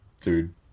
dude